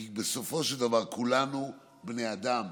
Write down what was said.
כי בסופו של דבר כולנו בני אדם.